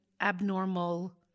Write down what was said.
abnormal